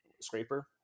scraper